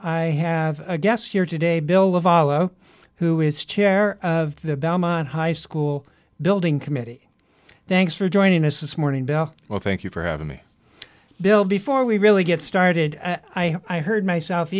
i have a guest here today bill follow who is chair of the belmont high school building committee thanks for joining us this morning bill well thank you for having me bill before we really get started i heard myself